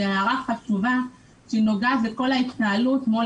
זו הערה חשובה שנוגעת לכל ההתנהלות מול